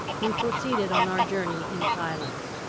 we proceeded on our journey in silence.